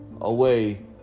away